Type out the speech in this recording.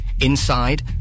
Inside